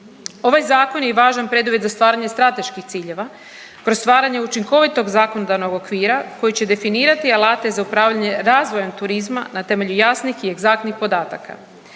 Ovaj Zakon je i važan preduvjet za stvaranje strateških ciljeva kroz stvaranje učinkovitog zakonodavnog okvira koji će definirati alate za upravljanje razvojem turizma na temelju javnih i egzaktnih podataka.